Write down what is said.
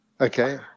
Okay